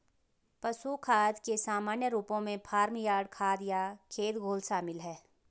पशु खाद के सामान्य रूपों में फार्म यार्ड खाद या खेत घोल शामिल हैं